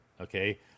okay